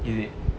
is it